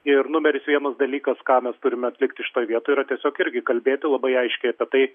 ir numeris vienas dalykas ką mes turime atlikti šitoj vietoj yra tiesiog irgi kalbėti labai aiškiai apie tai